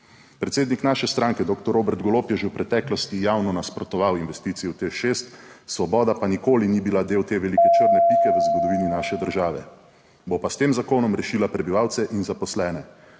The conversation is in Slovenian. Predsednik naše stranke doktor Robert Golob je že v preteklosti javno nasprotoval investiciji v TEŠ 6, Svoboda pa nikoli ni bila del te velike črne pike v zgodovini naše države. Bo pa s tem zakonom rešila prebivalce in zaposlene,